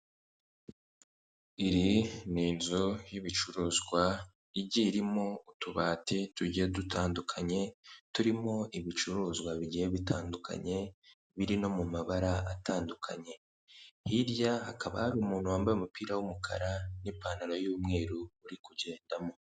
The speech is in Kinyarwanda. Iyi ni inzu y'ibicuruzwa igiye irimo utubati tugiye dutandukanye turimo ibicuruzwa bigiye bitandukanye biri no mu mabara atandukanye, hirya hakaba hari umuntu wambaye umupira w'umukara n'ipantaro y'umweru uri kugendamo.